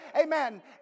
Amen